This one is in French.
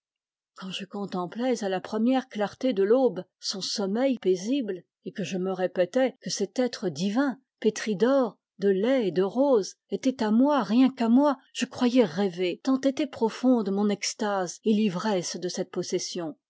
quand je contemplais à la première clarté de l'aube son sommeil paisible et que je me répétais que cet être divin pétri d'or de lait et de roses était à moi rien qu'à moi je croyais rêver tant étaient profondes mon extase et l'ivresse de cette possession